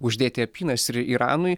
uždėti apynasrį iranui